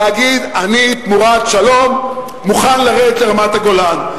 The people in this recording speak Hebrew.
להגיד: אני תמורת שלום מוכן לרדת מרמת-הגולן.